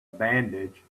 bandage